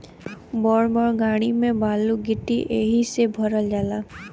बड़ बड़ गाड़ी में बालू गिट्टी एहि से भरल जाला